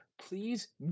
please